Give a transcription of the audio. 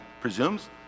presumes